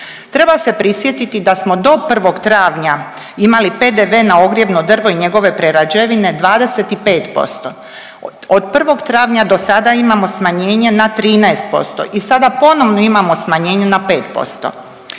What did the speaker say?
Treba se prisjetiti da smo do 1. travnja imali PDV na ogrjevno drvo i njegove prerađevine 25%. Od 1. travnja do sada imamo smanjenje na 13% i sada ponovno imamo smanjenje na 5%.